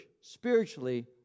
Spiritually